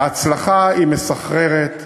ההצלחה היא מסחררת בתוצאות.